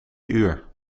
uur